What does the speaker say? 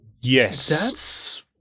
Yes